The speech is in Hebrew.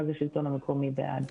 מרכז השלטון המקומי בעד.